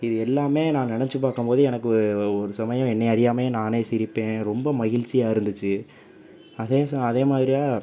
இது எல்லாமே நான் நெனச்சு பார்க்கம் போது எனக்கு ஒரு சமயம் என்ன அறியாமலே நானே சிரிப்பேன் ரொம்ப மகிழ்ச்சியாக இருந்திச்சு அதே அதேமாதிரியாக